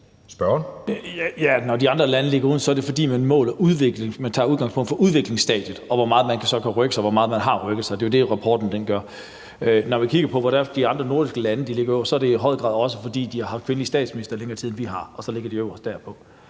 Når de andre lande ligger over, er det, fordi der tages udgangspunkt i udviklingsstadiet, altså hvor meget man kan rykke sig og har rykket sig; det er jo det, rapporten gør. Når vi kigger på, hvorfor de andre nordiske lande ligger øverst, er det i høj grad også, fordi de har haft kvindelige statsministre i længere tid, end vi har – og så ligger de øverst af